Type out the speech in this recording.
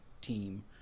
team